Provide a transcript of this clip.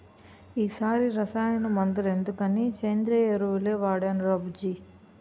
ఈ సారి రసాయన మందులెందుకని సేంద్రియ ఎరువులే వాడేనురా బుజ్జీ